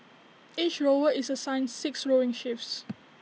each rower is assigned six rowing shifts